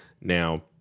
Now